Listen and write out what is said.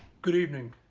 good evening.